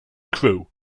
crewe